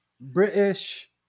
British